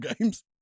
games